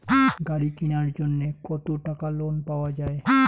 গাড়ি কিনার জন্যে কতো টাকা লোন পাওয়া য়ায়?